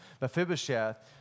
Mephibosheth